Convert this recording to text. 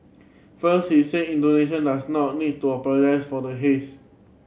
first he said Indonesia does not need to apologise for the haze